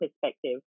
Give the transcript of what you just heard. perspective